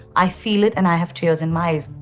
i feel it and i have tears in my eyes.